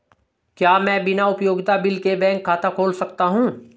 क्या मैं बिना उपयोगिता बिल के बैंक खाता खोल सकता हूँ?